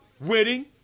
Wedding